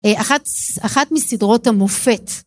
אחת מסדרות המופת.